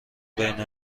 بین